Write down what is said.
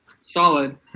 Solid